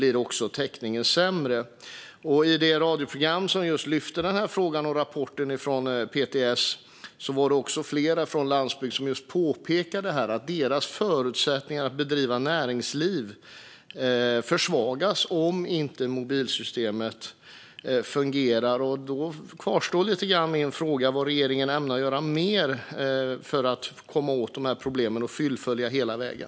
I det radioprogram som lyfte fram just den frågan och rapporten från PTS var det flera från landsbygden som påpekade att deras förutsättningar att bedriva näringsliv försvagas om mobilsystemet inte fungerar. Då kvarstår min fråga om vad mer regeringen ämnar göra för att komma åt problemen och fullfölja hela vägen.